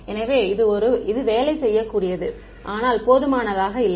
எனவே இது வேலை செய்யக்கூடியது ஆனால் போதுமானதாக இல்லை